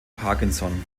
parkinson